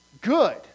good